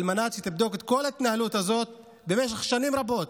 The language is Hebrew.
על מנת שתבדוק את כל ההתנהלות הזאת במשך שנים רבות